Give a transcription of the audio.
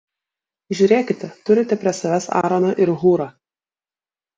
žiūrėkite turite prie savęs aaroną ir hūrą